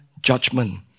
judgment